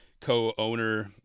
co-owner